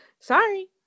Sorry